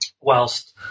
Whilst